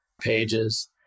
pages